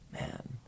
Man